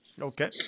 Okay